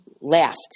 laughed